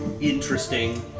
interesting